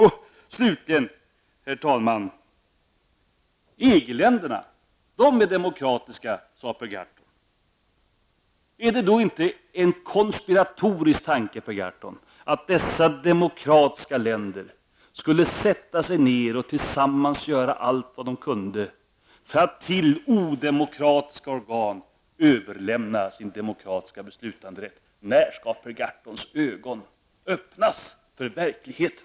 Slutligen, herr talman: EG-länderna är demokratiska, sade Per Gahrton. Är det då inte en konspiratorisk tanke att dessa demokratiska länder tillsammans skulle göra allt vad de kunde för att till odemokratiska organ överlämna sin demokratiska beslutanderätt? När skall Per Gahrtons ögon öppnas för verkligheten?